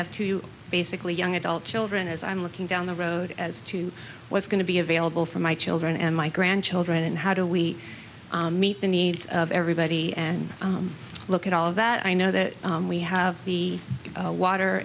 have to basically young adult children as i'm looking down the road as to what's going to be available for my children and my grandchildren and how do we meet the needs of everybody and look at all of that i know that we have the water